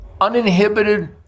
uninhibited